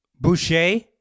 Boucher